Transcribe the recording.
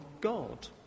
God